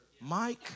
Mike